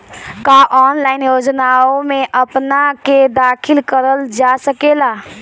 का ऑनलाइन योजनाओ में अपना के दाखिल करल जा सकेला?